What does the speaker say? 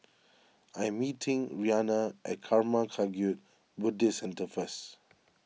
I am meeting Rhianna at Karma Kagyud Buddhist Centre first